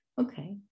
Okay